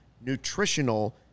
nutritional